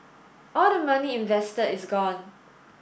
all the money invested is gone